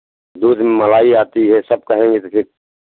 दूध में मलाई आती है सब कहेंगे तो फिर